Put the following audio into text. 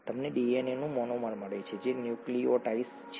તમને ડીએનએનું મોનોમર મળે છે જે ન્યુક્લિઓટાઇડ છે